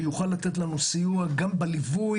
שיוכל לתת לנו סיוע גם בליווי,